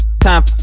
time